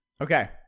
Okay